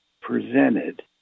presented